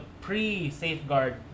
pre-safeguard